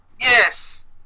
yes